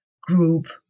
group